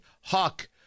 hawk